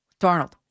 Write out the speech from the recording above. Darnold